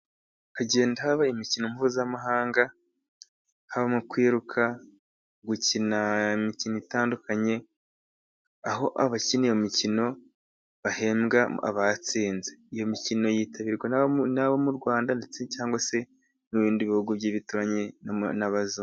Hagenda haba imikino mpuzamahanga, habamo kwiruka, gukina imikino itandukanye, aho abakina iyo mikino bahembwa abatsinze. Iyo mikino yitabirwa n'abo mu Rwanda ndetse cyangwa n' ibindi bihugu by'ibituranyi n'abazungu.